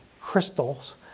crystals